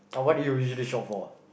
uh what do you usually shop for